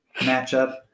matchup